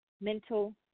mental